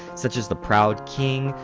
such as the proud king,